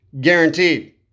guaranteed